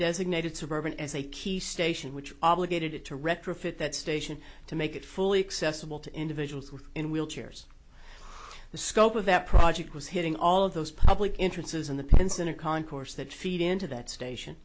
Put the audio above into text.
designated suburban as a key station which obligated to retrofit that station to make it fully accessible to individuals who are in wheelchairs the scope of that project was hitting all of those public interests is in the pence in a concourse that feed into that station